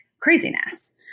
craziness